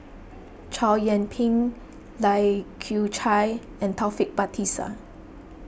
Chow Yian Ping Lai Kew Chai and Taufik Batisah